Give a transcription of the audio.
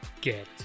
get